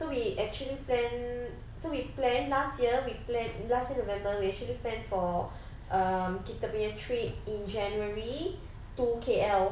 so we actually planned so we planned last year we planned last year november we actually planned for um kita punya trip in january to K_L